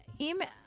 email